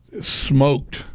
Smoked